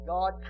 God